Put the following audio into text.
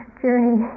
journey